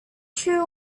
sure